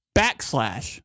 backslash